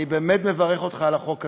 אני באמת מברך אותך על החוק הזה,